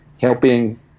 helping